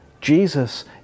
Jesus